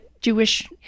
Jewish